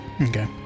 Okay